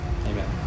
Amen